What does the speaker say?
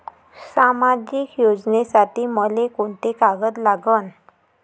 सामाजिक योजनेसाठी मले कोंते कागद लागन?